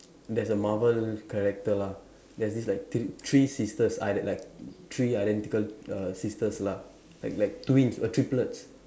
there's a Marvel character lah there's this like thr~ three sisters ide~ like three identical uh sisters lah like like twins or triplets